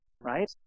Right